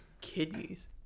Kidneys